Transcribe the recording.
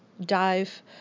dive